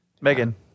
Megan